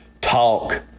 talk